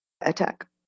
Attack